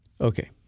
Okay